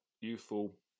youthful